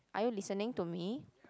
are you listening to me